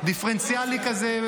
דיפרנציאלי כזה,